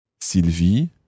Sylvie